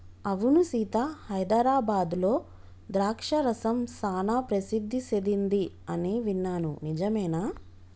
అవును సీత హైదరాబాద్లో ద్రాక్ష రసం సానా ప్రసిద్ధి సెదింది అని విన్నాను నిజమేనా